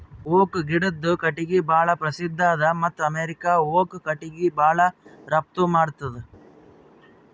oak ಗಿಡದು ಕಟ್ಟಿಗಿ ಭಾಳ್ ಪ್ರಸಿದ್ಧ ಅದ ಮತ್ತ್ ಅಮೇರಿಕಾ ಓಕ್ ಕಟ್ಟಿಗಿ ಭಾಳ್ ರಫ್ತು ಮಾಡ್ತದ್